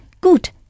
Gut